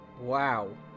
Wow